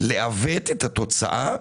לעוות את התוצאה